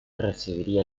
recibiría